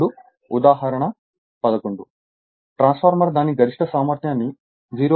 ఇప్పుడు ఉదాహరణ 11 ట్రాన్స్ఫార్మర్ దాని గరిష్ట సామర్థ్యాన్ని 0